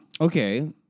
Okay